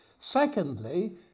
Secondly